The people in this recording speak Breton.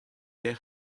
teir